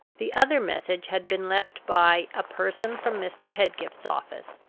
the other message had been left by a person from mr. pedgift's office,